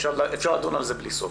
אפשר לדון על זה בלי סוף.